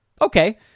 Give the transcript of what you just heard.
Okay